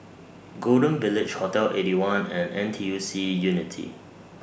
Golden Village Hotel Eighty One and N T U C Unity